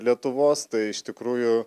lietuvos tai iš tikrųjų